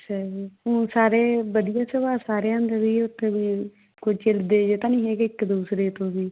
ਅੱਛਾ ਜੀ ਊਂ ਸਾਰੇ ਵਧੀਆ ਸੁਭਾਅ ਸਾਰਿਆਂ ਦਾ ਵੀ ਉੱਥੇ ਵੀ ਕੋਈ ਚਿੜ੍ਹਦੇ ਜਿਹੇ ਤਾਂ ਨਹੀਂ ਹੈਗੇ ਇੱਕ ਦੂਸਰੇ ਤੋਂ ਵੀ